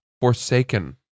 Forsaken